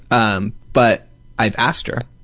um but i've asked her.